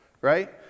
right